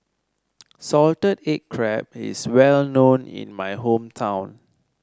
Salted Egg Crab is well known in my hometown